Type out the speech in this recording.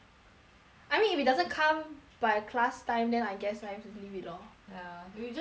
I mean if it doesn't come by class time then I guess I have to leave it lor ya you just ask your